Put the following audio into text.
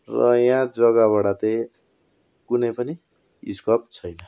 र यहाँ जग्गाबाट चाहिँ कुनै पनि स्कोप छैन